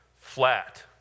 Flat